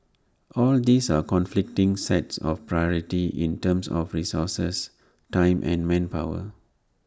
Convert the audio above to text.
all these are conflicting sets of priority in terms of resources time and manpower